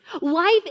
life